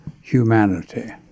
humanity